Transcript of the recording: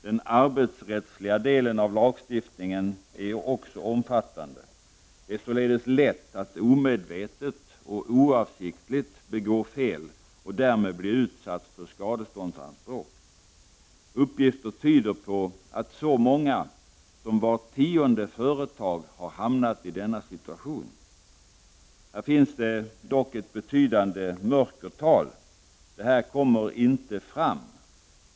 Den arbetsrättsliga delen av lagstiftningen är också omfattande. Det är således lätt att omedvetet och oavsiktligt begå fel och därmed bli utsatt för skadeståndsanspråk. Uppgifter tyder på att så många som vart tionde företag har hamnat i denna situation. Här finns dock ett betydande mörkertal som inte kommer fram.